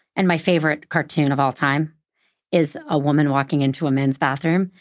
and my favorite cartoon of all time is a woman walking into a men's bathroom,